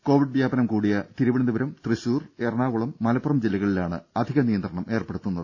Covid വ്യാപനം കൂടിയ തിരുവനന്തപുരം തൃശൂർ എറണാകുളം മലപ്പുറം ജില്ലകളിലാണ് അധിക നിയന്ത്രണം ഏർപ്പെടുത്തുന്നത്